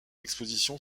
exposition